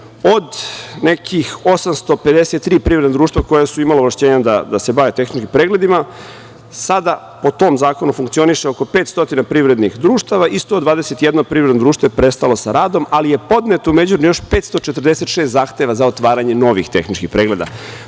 od nekih 853 privredna društva koja su imala ovlašćenja da se bave tehničkim pregledima sada po tom zakonu funkcioniše oko 500 privrednih društava i 121 privredno društvo je prestalo sa radom, ali je podneto još 546 zahteva za otvaranje novih tehničkih pregleda. Razumem